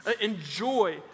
enjoy